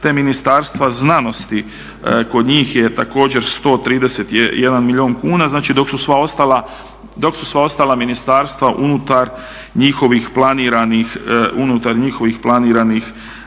te Ministarstva znanosti kod njih je također 131 milijun kuna, znači dok su sva ostala ministarstva unutar njihovih planiranih